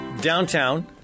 downtown